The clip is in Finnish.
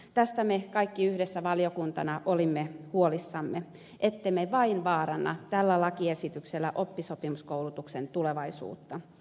tästä me kaikki yhdessä valiokuntana olimme huolissamme ettemme vain vaaranna tällä lakiesityksellä oppisopimuskoulutuksen tulevaisuutta